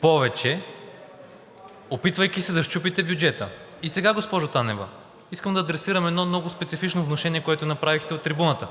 повече, опитвайки се да счупите бюджета. И сега, госпожо Танева, искам да адресирам едно много специфично внушение, което направихте от трибуната.